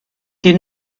die